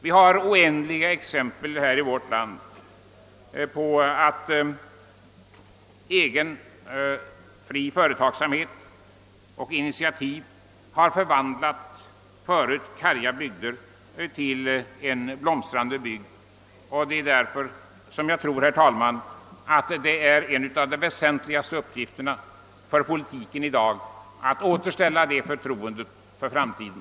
Vi har här i vårt land oändligt många exempel på att egen fri företagsamhet och initiativkraft har förvandlat förut karga bygder till en blomstrande bygd. Det är därför som jag tror, herr talman, att det är en av de väsentligaste uppgifterna för politiken att återställa tron på framtiden.